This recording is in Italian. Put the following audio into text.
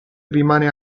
rimane